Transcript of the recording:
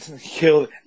killed